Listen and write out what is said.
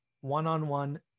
one-on-one